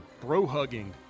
bro-hugging